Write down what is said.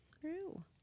True